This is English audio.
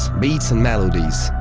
beats and melodies,